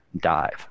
dive